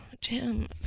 Jim